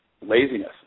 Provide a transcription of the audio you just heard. laziness